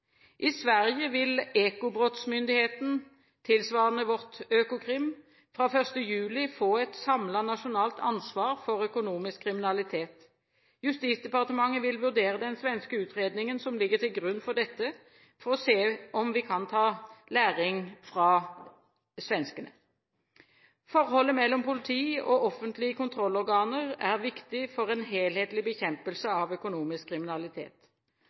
I Sverige vil «Ekobrottsmyndigheten», tilsvarende vårt Økokrim, fra 1. juli få et samlet nasjonalt ansvar for økonomisk kriminalitet. Justisdepartementet vil vurdere den svenske utredningen som ligger til grunn for dette, for å se om vi kan ta lærdom av svenskene. Forholdet mellom politi og offentlige kontrollorganer er viktig for en helhetlig bekjempelse av økonomisk kriminalitet.